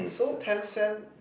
so tencent